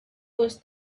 was